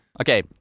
Okay